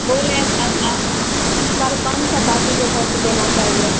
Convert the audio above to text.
बोल रहे हैं इस बार कौन सा पार्टी को वोट देना चाहिए